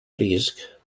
risc